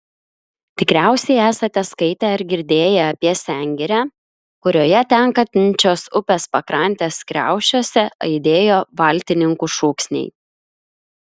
tikriausiai esate skaitę ar girdėję apie sengirę kurioje tekančios upės pakrantės kriaušiuose aidėjo valtininkų šūksniai